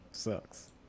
sucks